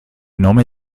nome